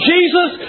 Jesus